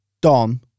Don